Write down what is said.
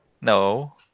No